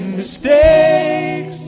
mistakes